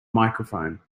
microphone